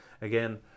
Again